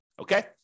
okay